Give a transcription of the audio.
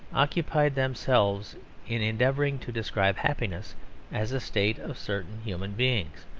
occupied themselves in endeavouring to describe happiness as a state of certain human beings,